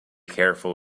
careful